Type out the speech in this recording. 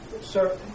Sir